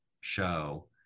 show